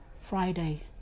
Friday